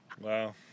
Wow